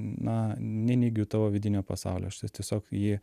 na neneigiu tavo vidinio pasaulio aš tiesiog jį